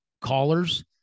callers